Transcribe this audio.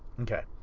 Okay